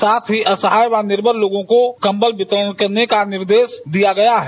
साथ ही असहाय व निर्बल लोगों को कंबल वितरण करने का भी निर्देश दिया गया है